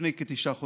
לפני כתשעה חודשים.